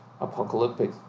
apocalyptic